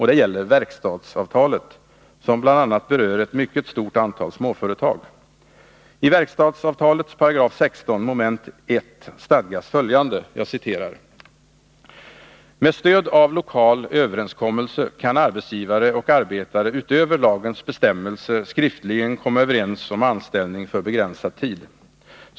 Det gäller verkstadsavtalet, som bl.a. berör ett mycket stort antal småföretag. I verkstadsavtalet, 16 § 1 mom. , stadgas följande: ”Med stöd av lokal överenskommelse kan arbetsgivare och arbetare utöver lagens bestämmelser skriftligen komma överens om anställning för begränsad tid.